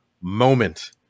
moment